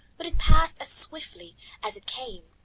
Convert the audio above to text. but it passed as swiftly as it came.